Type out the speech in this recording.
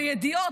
בידיעות,